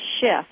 shift